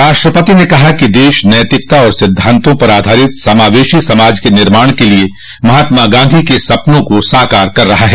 राष्ट्रपति ने कहा कि देश नैतिकता और सिद्धांतों पर आधारित समावेशो समाज के निर्माण के लिए महात्मा गांधी के सपनों को साकार कर रहा है